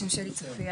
סטודנטית.